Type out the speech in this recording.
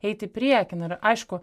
eit į priekį na ir aišku